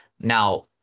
Now